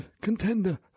contender